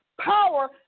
Power